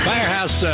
Firehouse